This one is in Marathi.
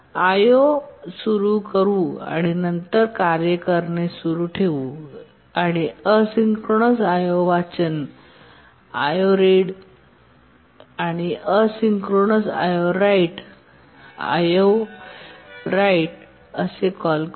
आम्ही IO सुरू करू आणि नंतर कार्य करणे सुरू ठेवू आणि एसिन्क्रोनस IOवाचनIO Read आयओरॅड आणि asynchronous IO write asynchronous IO write IO write IO write असे कॉल करू